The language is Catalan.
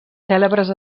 cèlebres